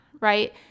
right